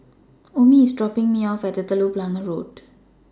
Omie IS dropping Me off At Telok Blangah Road